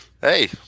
hey